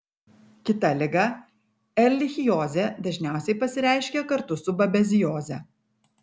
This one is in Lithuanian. kita liga erlichiozė dažniausiai pasireiškia kartu su babezioze